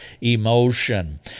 emotion